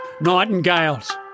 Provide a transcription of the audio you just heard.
Nightingales